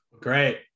Great